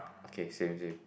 okay same same